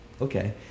okay